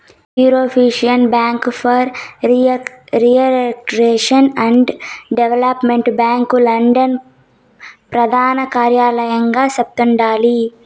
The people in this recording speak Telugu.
European bank for reconstruction and development bank London ప్రదానకార్యలయంగా చేస్తండాలి